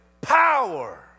power